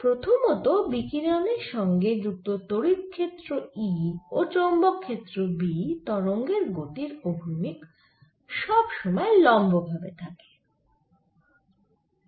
প্রথমত বিকিরণের সঙ্গে যুক্ত তড়িৎ ক্ষেত্র E ও চৌম্বক ক্ষেত্র B তরঙ্গের গতির অভিমুখ সব সময় লম্ব ভাবে থাকে